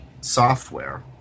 software